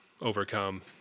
overcome